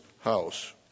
house